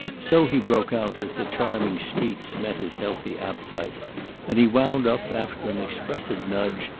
so he broke out as the charming streets met his healthy appetite and he wound up, after an expressive nudge,